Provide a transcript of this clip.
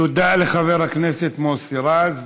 תודה לחבר הכנסת מוסי רז.